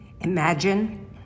Imagine